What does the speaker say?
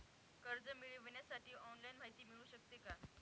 कर्ज मिळविण्यासाठी ऑनलाईन माहिती मिळू शकते का?